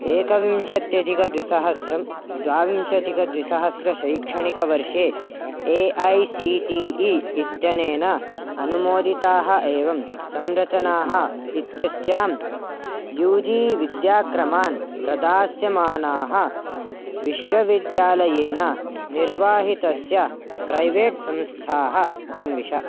एकविंशत्यधिकद्विसहस्रं द्वाविंशत्यधिकद्विसहस्रशैक्षणिकवर्षे A I C T E इत्यनेन अनुमोदिताः एवं संरचनाः इत्यस्यां यू जी विद्याक्रमान् प्रदास्यमानाः विश्वविद्यालयेन निर्वाहितस्य प्रैवेट् संस्थाः अन्विष